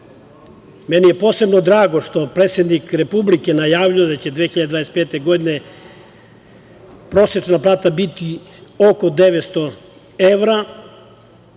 Meni je posebno drago što predsednik Republike najavljuje da će 2025. godine prosečna plata biti oko 900 evra,